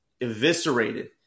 eviscerated